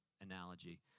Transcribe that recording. analogy